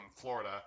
Florida